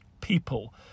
people